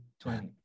twenty